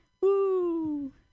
Woo